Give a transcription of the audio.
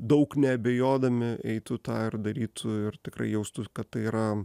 daug neabejodami eitų tą ir darytų ir tikrai jaustų kad tai yra